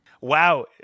wow